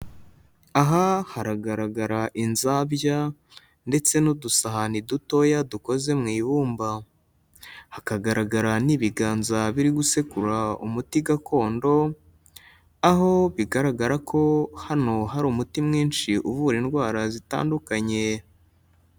Aha haragaragara inzabya ndetse n'udusahani dutoya dukoze mu ibumba, hakagaragara n'ibiganza biri gusekura umuti gakondo, aho bigaragara ko hano hari umuti mwinshi uvura indwara zitandukanye.